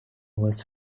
was